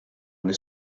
this